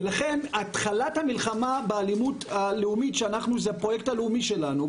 ולכן התחלת המלחמה באלימות הלאומית שאנחנו זה הפרוייקט הלאומי שלנו,